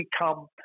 become